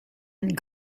and